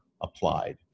applied